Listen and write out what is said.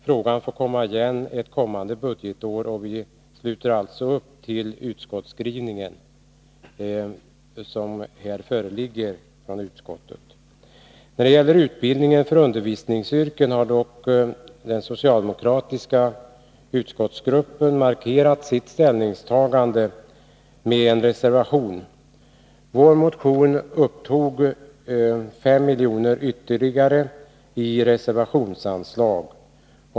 Frågan får komma igen ett kommande budgetår, och vi sluter alltså upp bakom utskottsskrivningen sådan den föreligger från utskottet. När det gäller utbildningen för undervisningsyrken har dock den socialdemokratiska utskottsgruppen markerat sitt ställningstagande med en reservation. Motionen upptog 5 miljoner ytterligare i reservationsanslag.